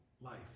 life